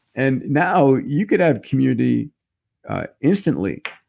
and now, you could have community instantly.